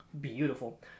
beautiful